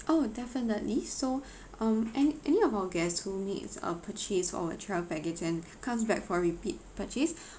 !ow! definitely so um any any of our guests who makes a purchase for a travel package and comes back for a repeat purchase